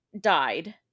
died